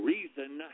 Reason